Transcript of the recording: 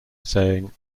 saying